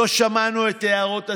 לא שמענו את הערות הציבור.